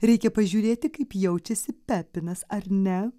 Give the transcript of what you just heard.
reikia pažiūrėti kaip jaučiasi pepinas ar ne